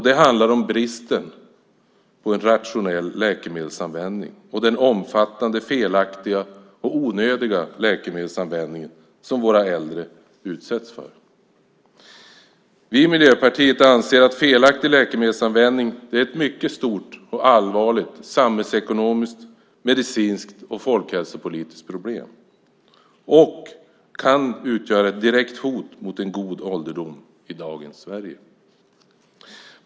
Det handlar om bristen på en rationell läkemedelsanvändning och den omfattande felaktiga och onödiga läkemedelsanvändning som våra äldre utsätts för. Vi i Miljöpartiet anser att felaktig läkemedelsanvändning är ett mycket stort och allvarligt samhällsekonomiskt, medicinskt och folkhälsopolitiskt problem. Det kan utgöra ett direkt hot mot en god ålderdom i dagens Sverige.